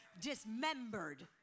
dismembered